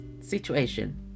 situation